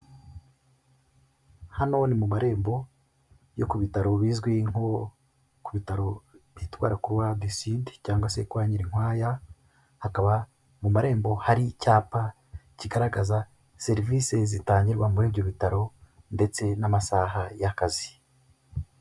Hano ni mu marembo yo ku bitaro bizwi nko ku bitaro byitwara rOware de sude cyangwa se kwa Nyirinkwaya. Hakaba mu marembo hari icyapa kigaragaza serivisi zitangirwa muri ibyo bitaro ndetse n'amasaha y'akazi.